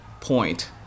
point